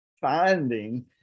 finding